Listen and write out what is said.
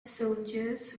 soldiers